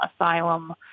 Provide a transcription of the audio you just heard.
asylum